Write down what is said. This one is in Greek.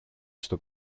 στο